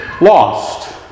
lost